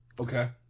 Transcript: Okay